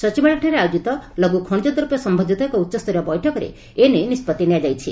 ସଚିବାଳୟଠାରେ ଆୟୋଜିତ ଲଘ୍ ଖଣିଜ ଦ୍ରବ୍ୟ ସମ୍ମନ୍ଧିତ ଏକ ଉଚ୍ଚସ୍ତରୀୟ ବୈଠକରେ ଏନେଇ ନିଷ୍ବଉି ନିଆଯାଇଛି